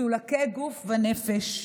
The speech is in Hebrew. מצולקי גוף ונפש,